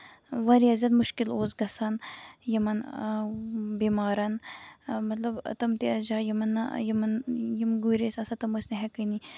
واریاہ زیادٕ مُشکِل اوس گژھان یِمن بیمارن مطلب تِم ٲسۍ جایہِ یِمَن نہٕ یِمن یِم گُرۍ ٲسۍ آسان تِم نہٕ ہٮ۪کٲنی